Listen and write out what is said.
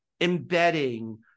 embedding